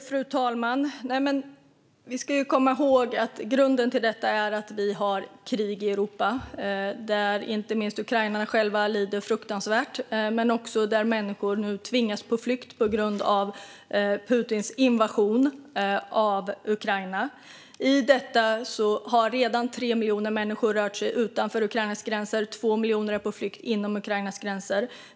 Fru talman! Vi ska komma ihåg att grunden till id-kontrollerna är att det råder krig i Europa där inte minst ukrainarna själva lider fruktansvärt och människor tvingas på flykt på grund av Putins invasion av Ukraina. I detta nu har redan 3 miljoner människor rört sig utanför Ukrainas gränser, och 2 miljoner är på flykt inom Ukrainas gränser.